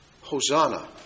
Hosanna